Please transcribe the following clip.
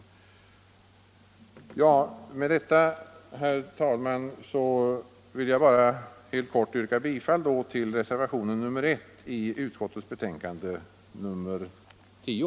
rådet Med detta, herr talman, vill jag bara helt kort yrka bifall till reservationen 1 vid justitieutskottets betänkande nr 10.